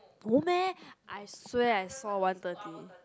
no meh I swear I saw one thirty